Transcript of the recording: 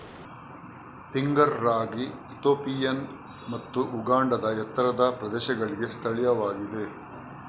finger ರಾಗಿ Ethiopian ಮತ್ತು ಉಗಾಂಡಾದ ಎತ್ತರದ ಪ್ರದೇಶಗಳಿಗೆ ಸ್ಥಳೀಯವಾಗಿದೆ